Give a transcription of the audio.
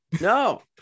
no